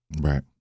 right